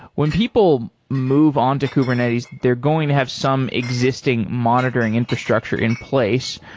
when people move on to kubernetes, they're going to have some existing monitoring infrastructure in place.